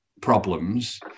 problems